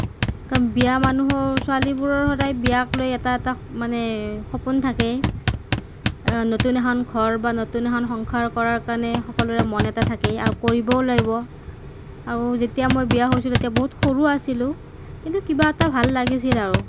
কাণ বিয়া মানুহৰ ছোৱালীবোৰৰ সদায় বিয়াক লৈ এটা এটা মানে সপোন থাকে নতুন এখন ঘৰ বা নতুন এখন সংসাৰ কৰাৰ কাৰণে সকলোৰে মন এটা থাকেই আৰু কৰিবও লাগিব আও যেতিয়া মই বিয়া হৈছিলো তেতিয়া মই বহুত সৰু আছিলো কিন্তু কিবা এটা ভাল লাগিছিল আও